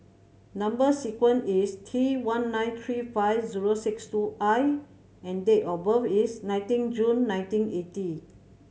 number sequence is T one nine three five zero six two I and date of birth is nineteen June nineteen eighty